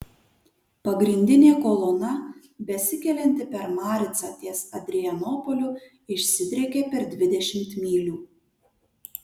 pagrindinė kolona besikelianti per maricą ties adrianopoliu išsidriekė per dvidešimt mylių